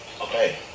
okay